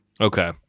Okay